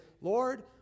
Lord